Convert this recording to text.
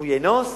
הוא יאנוס?